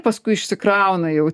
paskui išsikrauna jau